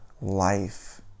life